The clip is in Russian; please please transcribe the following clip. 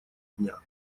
дня